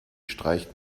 streicht